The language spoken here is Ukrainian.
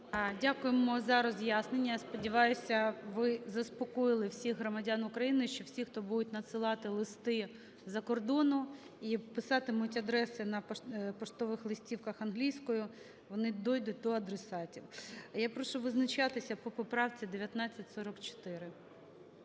Дякуємо за роз'яснення. Я сподіваюсь, ви заспокоїли всіх громадян України, що всі, хто будуть надсилати листи з-за кордону, і писатимуть адреси на поштових листівках англійською, вони дійдуть до адресатів. Я прошу визначатися по поправці 1944.